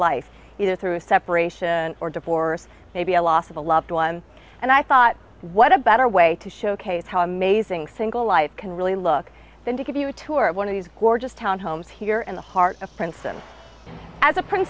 life through a separation or divorce maybe a loss of a loved one and i thought what a better way to showcase how amazing single life can really look than to give you a tour of one of these gorgeous town homes here in the heart of princeton as a pr